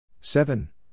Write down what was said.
seven